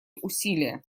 усилия